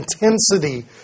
intensity